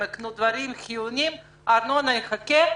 הם יקנו דברים חיוניים והארנונה תחכה.